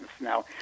Now